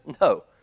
No